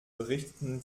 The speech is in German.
berichteten